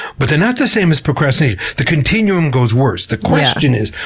but they're not the same as procrastination. the continuum goes worse. the question is,